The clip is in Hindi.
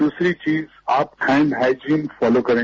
दूसरी चीज आप हैंड हाइजीन फॉलो करें